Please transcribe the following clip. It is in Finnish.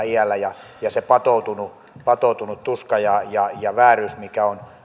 iällä ja ja se patoutunut patoutunut tuska ja ja vääryys mikä on